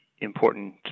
important